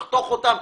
לחתוך אותם: